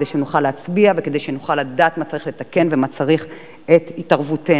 כדי שנוכל להציע וכדי שנוכל לדעת מה צריך לתקן ומה מצריך את התערבותנו.